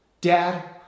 Dad